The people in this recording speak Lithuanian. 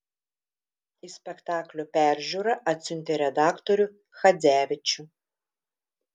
į spektaklio peržiūrą atsiuntė redaktorių chadzevičių